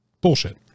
bullshit